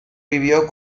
vivió